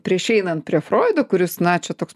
prieš einant prie froido kuris na čia toks